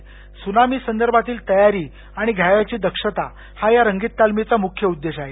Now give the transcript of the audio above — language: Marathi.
त्सुनामी संदर्भातील तयारी आणि घ्यावयाची दक्षता हा या रंगीत तालमीचा उद्देश आहे